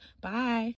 bye